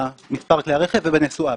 במספר כלי הרכב ובנסועה,